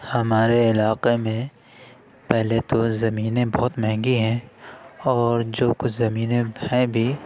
ہمارے علاقہ میں پہلے تو زمیںیں بہت مہنگی ہیں اور جو کچھ زمینیں ہیں بھی